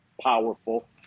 powerful